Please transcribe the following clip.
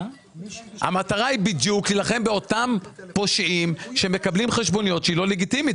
המטרה היא בדיוק להילחם באותם פושעים שמקבלים חשבונית שהיא לא לגיטימית.